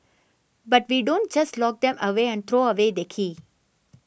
but we don't just lock them away and throw away the key